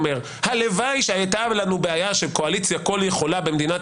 הלוואי שהייתה לנו בעיה של קואליציה כל יכולה במדינת